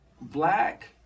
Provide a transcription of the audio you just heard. black